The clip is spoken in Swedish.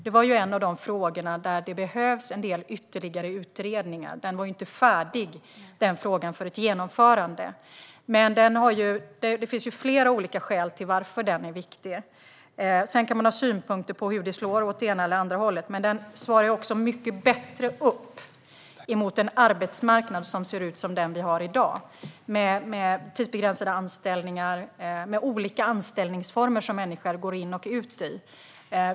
Det var en av de frågor där det behövs en del ytterligare utredningar. Frågan var inte färdig för ett genomförande. Det finns flera olika skäl till att frågan är viktig. Sedan kan man ha synpunkter på hur historisk SGI slår åt det ena eller andra hållet, men den svarar bättre mot dagens arbetsmarknad med tidsbegränsade anställningar, med olika anställningsformer som människor går in i och ut ur.